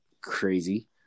crazy